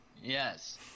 Yes